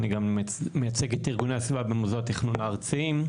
אני גם מייצג את ארגוני הסביבה במוסדות התכנון הארציים,